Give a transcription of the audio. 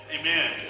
amen